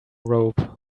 robe